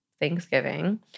Thanksgiving